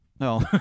no